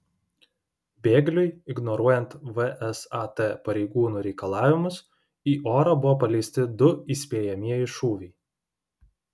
bėgliui ignoruojant vsat pareigūnų reikalavimus į orą buvo paleisti du įspėjamieji šūviai